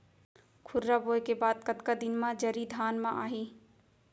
खुर्रा बोए के बाद कतका दिन म जरी धान म आही?